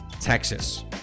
texas